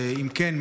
אם כן,